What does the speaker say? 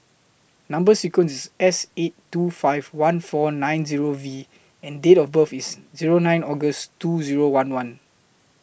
Number sequence IS S eight two five one four nine Zero V and Date of birth IS Zero nine August two Zero one one